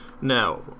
Now